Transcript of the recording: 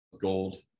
gold